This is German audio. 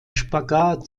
spagat